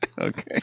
Okay